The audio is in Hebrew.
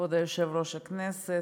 כבוד יושב-ראש הכנסת,